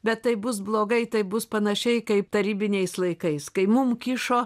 bet tai bus blogai tai bus panašiai kaip tarybiniais laikais kai mum kišo